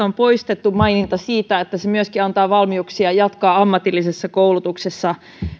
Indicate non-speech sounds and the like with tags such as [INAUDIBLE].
[UNINTELLIGIBLE] on poistettu maininta siitä että se myöskin antaa valmiuksia jatkaa ammatillisessa koulutuksessa